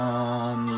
on